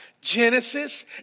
Genesis